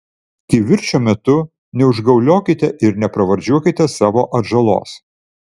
kivirčo metu neužgauliokite ir nepravardžiuokite savo atžalos